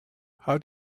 how